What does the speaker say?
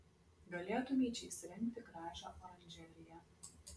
galėtumei čia įsirengti gražią oranžeriją